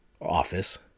office